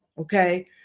okay